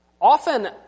Often